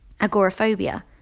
Agoraphobia